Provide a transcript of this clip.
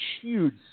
huge